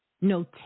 No